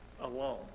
alone